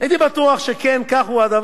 שכן אני לא רציתי להביא את הצעת החוק.